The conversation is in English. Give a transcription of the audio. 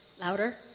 louder